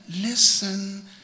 listen